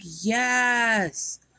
yes